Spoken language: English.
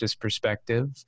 perspective